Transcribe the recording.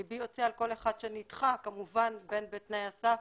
ליבי יוצא על כל אחד שנדחה כמובן בין בתנאי הסף,